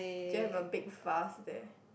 do you have a big vase there